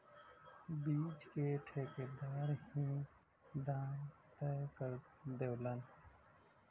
बीच क ठेकेदार ही दाम तय कर देवलन